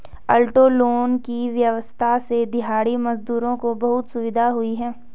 auto loan की व्यवस्था से दिहाड़ी मजदूरों को बहुत सुविधा हुई है